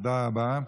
תודה רבה.